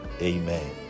Amen